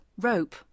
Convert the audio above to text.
Rope